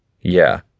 Yeah